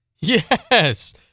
Yes